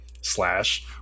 Slash